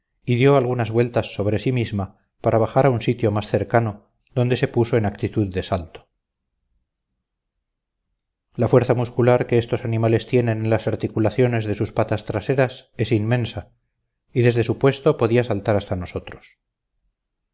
dio algunas vueltas sobre sí misma para bajar a un sitio más cercano donde se puso en actitud de salto la fuerza muscular que estos animales tienen en las articulaciones de sus patas traseras es inmensa y desde su puesto podía saltar hasta nosotros